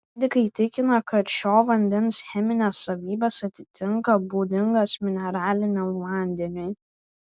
medikai tikina kad šio vandens cheminės savybės atitinka būdingas mineraliniam vandeniui